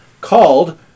called